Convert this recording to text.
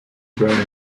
brought